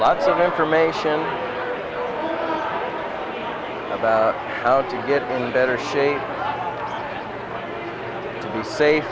lot of information about how to get better shape the